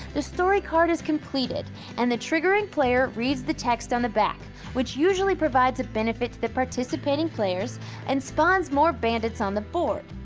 the story card is completed and the triggering player reads the text on the back, which usually provides a benefit to the participating players and spawns more bandits on the board.